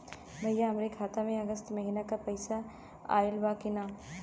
भईया हमरे खाता में अगस्त महीना क पैसा आईल बा की ना?